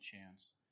chance